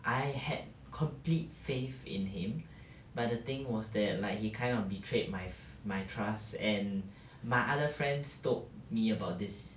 I had complete faith in him but the thing was that like he kind of betrayed my my trust and my other friends told me about this